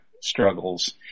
struggles